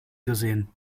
gesehen